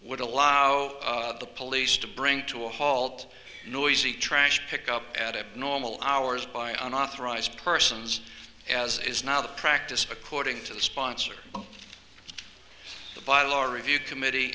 would allow the police to bring to a halt noisy trash pickup at a normal hours by an authorized persons as is now the practice according to the sponsor of the bylaws review committee